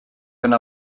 yna